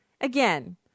again